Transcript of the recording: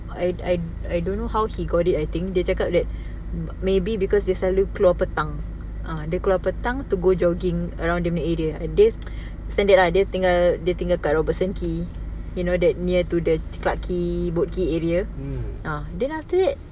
I I I don't know how he got it I think dia cakap that maybe because dia selalu keluar petang ah dia keluar petang to go jogging around dia punya area and dia standard lah dia tinggal dia tinggal kat robertson quay you know that near to the clarke quay boat quay area ah then after that